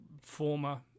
former